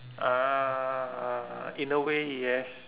uhh in a way yes